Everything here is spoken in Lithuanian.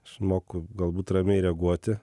aš moku galbūt ramiai reaguoti